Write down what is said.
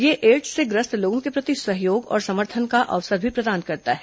यह एड्स से ग्रस्त लोगों के प्रति सहयोग और समर्थन का अवसर भी प्रदान करता है